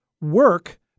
work